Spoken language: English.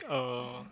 um